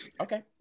Okay